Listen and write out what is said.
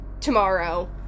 tomorrow